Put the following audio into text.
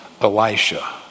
elisha